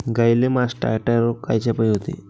गाईले मासटायटय रोग कायच्यापाई होते?